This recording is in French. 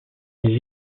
les